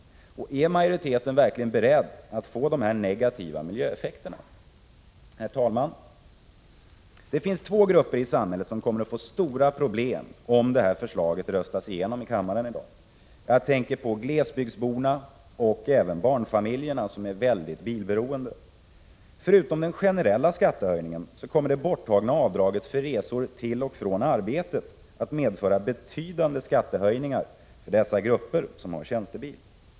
Är majoriteten verkligen beredd att få dessa negativa miljöeffekter? Herr talman! Det finns två grupper i samhället som kommer att få stora problem om detta förslag röstas igenom i kammaren i dag. Jag tänker på glesbygdsborna och barnfamiljerna, som är mycket bilberoende. Förutom den generella skattehöjningen kommer det borttagna avdraget för resor till och från arbetet att medföra betydande skattehöjningar för dessa grupper som har tjänstebil.